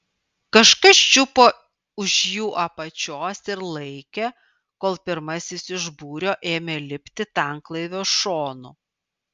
kažkas čiupo už jų apačios ir laikė kol pirmasis iš būrio ėmė lipti tanklaivio šonu